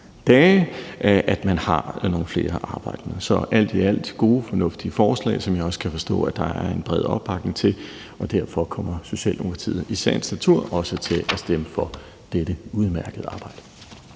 dage, så at man har nogle flere arbejdende er godt. Så alt i alt vil jeg sige: Det er gode, fornuftige forslag, som jeg også kan forstå at der er en bred opbakning til, og derfor kommer Socialdemokratiet i sagens natur også til at stemme for dette udmærkede arbejde.